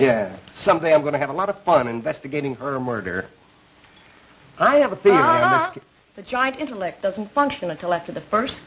hear something i'm going to have a lot of fun investigating her murder i have a big giant intellect doesn't function until after the first